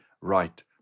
right